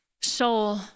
soul